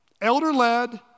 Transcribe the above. Elder-led